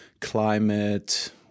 Climate